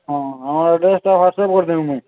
ହଁ ଆମ ଆଡ଼୍ରେସ୍'ଟା ହ୍ୱାଟ୍ସପ୍ କରିଦେବି ମୁଇଁ